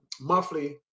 monthly